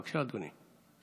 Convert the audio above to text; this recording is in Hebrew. בבקשה, אדוני.